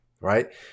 right